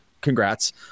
Congrats